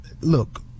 look